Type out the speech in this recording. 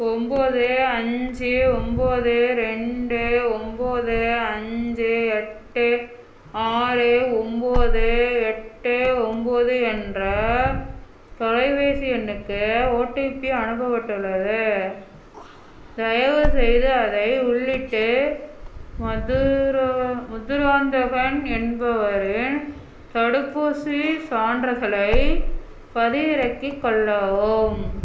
ஒம்பது அஞ்சு ஒம்பது ரெண்டு ஒம்பது அஞ்சு எட்டு ஆறு ஒம்பது எட்டு ஒம்பது என்ற தொலைபேசி எண்ணுக்கு ஓடிபி அனுப்பப்பட்டுள்ளது தயவுசெய்து அதை உள்ளிட்டு மதுரா மதுராந்தகன் என்பவரின் தடுப்பூசிச் சான்றிதழைப் பதிவிறக்கிக் கொள்ளவும்